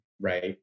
right